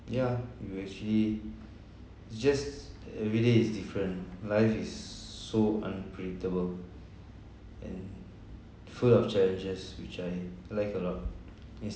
ya you actually just everyday is different life is so unpredictable and full of challenges which I like a lot